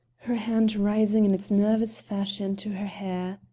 her hand rising in its nervous fashion to her hair.